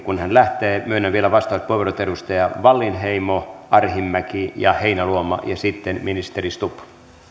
kuin hän lähtee myönnän vielä vastauspuheenvuorot edustajille wallinheimo arhinmäki ja heinäluoma ja sitten ministeri stubb